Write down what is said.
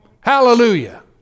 Hallelujah